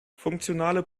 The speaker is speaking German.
funktionale